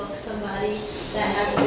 somebody that